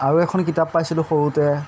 আৰু এখন কিতাপ পাইছিলোঁ সৰুতে